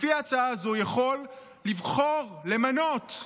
לפי ההצעה הזו, יכול לבחור, למנות,